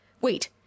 Wait